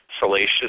Salacious